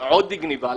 גניבה,